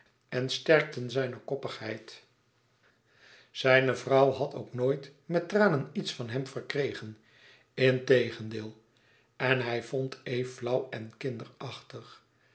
en sterkten zijne koppigheid zijne vrouw had ook nooit met tranen iets van hem verkregen integendeel en hij vond eve flauw en kinderachtig